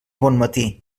bonmatí